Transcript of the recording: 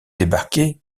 débarqués